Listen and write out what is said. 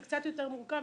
זה קצת יותר מורכב,